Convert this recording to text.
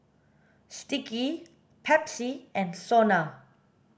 sticky Pepsi and SONA